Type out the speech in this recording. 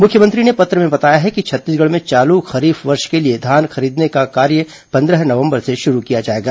मुख्यमंत्री ने पत्र में बताया है कि छत्तीसगढ़ में चालू खरीफ वर्ष के लिए धान खरीदने का कार्य पन्द्रह नवंबर से शुरू किया जाएगा